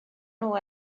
nhw